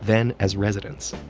then as residents.